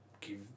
give